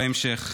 בהמשך.